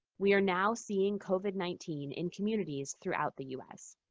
we are now seeing covid nineteen in communities throughout the u s.